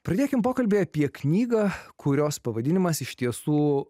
pradėkim pokalbį apie knygą kurios pavadinimas iš tiesų